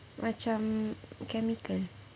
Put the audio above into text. macam chemical